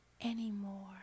anymore